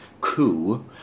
Coup